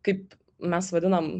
kaip mes vadinam